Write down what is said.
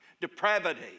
depravity